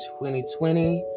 2020